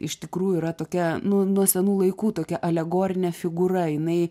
iš tikrųjų yra tokia nu nuo senų laikų tokia alegorinė figūra jinai